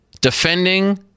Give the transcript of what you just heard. defending